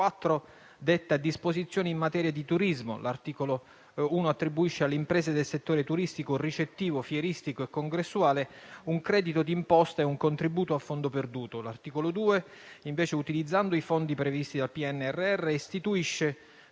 4, detta disposizioni in materia di turismo. L'articolo 1 attribuisce alle imprese del settore turistico, ricettivo, fieristico e congressuale un credito di imposta e un contributo a fondo perduto. L'articolo 2, invece, utilizzando i fondi previsti dal PNRR, istituisce